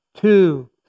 two